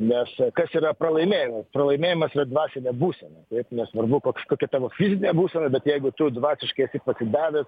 nes kas yra pralaimėjimas pralaimėjimas yra dvasinė būsena ir nesvarbu koks kokia tavo fizinė būsena bet jeigu tu dvasiškai esi pasidavęs